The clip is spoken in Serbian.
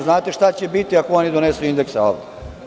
Znate šta će biti ako ni donesu svoje indekse ovde?